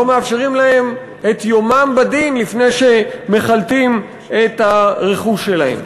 לא מאפשרים להם את יומם בדין לפני שמחלטים את הרכוש שלהם,